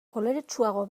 koloretsuago